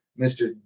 Mr